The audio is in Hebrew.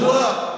מדוע?